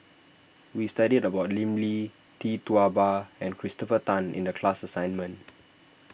we studied about Lim Lee Tee Tua Ba and Christopher Tan in the class assignment